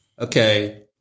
okay